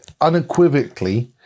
unequivocally